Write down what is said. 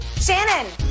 Shannon